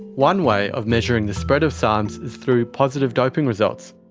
one way of measuring the spread of sarms is through positive doping results.